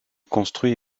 construit